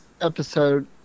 episode